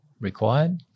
required